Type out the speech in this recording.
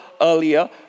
earlier